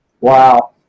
Wow